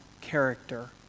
character